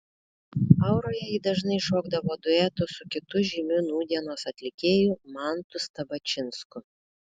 auroje ji dažnai šokdavo duetu su kitu žymiu nūdienos atlikėju mantu stabačinsku